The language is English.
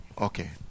Okay